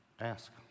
ask